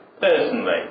personally